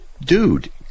dude